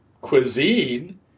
cuisine